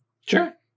Sure